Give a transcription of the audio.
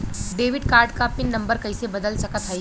Debit card क PIN number कइसे बदल सकत हई?